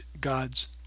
God's